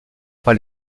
par